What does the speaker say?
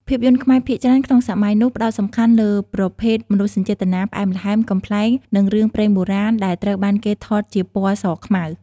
ភាពយន្តខ្មែរភាគច្រើនក្នុងសម័យនោះ ផ្ដោតសំខាន់លើប្រភេទមនោសញ្ចេតនា ផ្អែមល្ហែម កំប្លែង និងរឿងព្រេងបុរាណ ដែលត្រូវបានគេថតជាពណ៌សខ្មៅ។